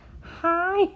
hi